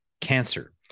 cancer